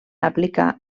aplicar